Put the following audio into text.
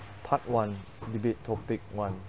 part one debate topic one